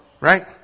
Right